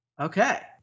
Okay